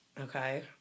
Okay